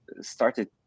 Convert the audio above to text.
started